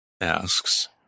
asks